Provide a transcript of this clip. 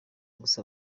gusa